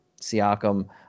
Siakam